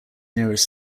nearest